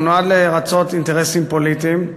הוא נועד לרצות אינטרסים פוליטיים.